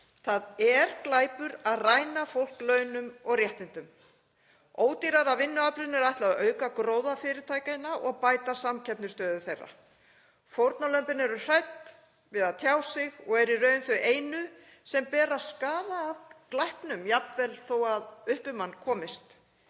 Það er glæpur að ræna fólk launum og réttindum. Ódýrara vinnuaflinu er ætlað að auka gróða fyrirtækjanna og bæta samkeppnisstöðu þeirra. Fórnarlömbin eru hrædd við að tjá sig og eru í raun þau einu sem bera skaða af glæpnum, jafnvel þó að upp um hann komist.